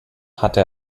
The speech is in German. hatte